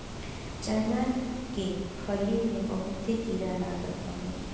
चना के फली में बहुते कीड़ा लागत हवे